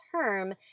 term